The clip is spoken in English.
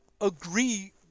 agree